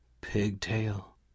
Pigtail